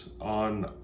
on